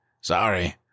Sorry